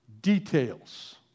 details